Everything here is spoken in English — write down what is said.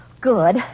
Good